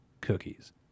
cookies